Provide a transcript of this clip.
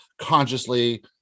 consciously